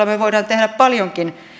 me voimme tehdä paljonkin